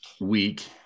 week